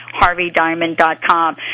HarveyDiamond.com